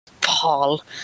Paul